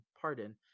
pardon